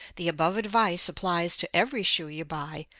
the above advice applies to every shoe you buy,